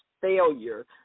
failure